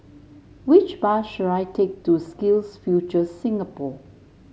which bus should I take to SkillsFuture Singapore